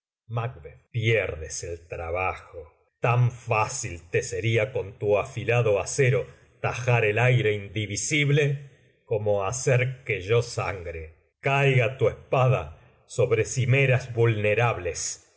macduff pierdes el trabajo tan fácil te sería con tu afilado acero tajar el aire indivisible como hacer que yo sangre caiga tu espada sobre cimeras vulnerables